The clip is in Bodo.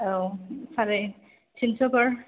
औ साराय तिनस'फोर